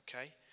okay